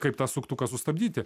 kaip tą suktuką sustabdyti